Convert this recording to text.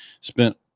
Spent